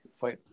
fight